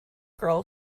girl